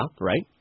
right